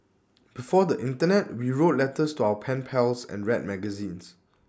before the Internet we wrote letters to our pen pals and read magazines